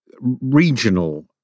regional